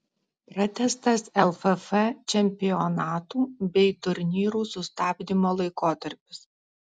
pratęstas lff čempionatų bei turnyrų sustabdymo laikotarpis